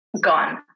gone